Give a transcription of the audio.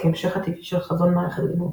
כהמשך הטבעי של חזון מערכת "גנו",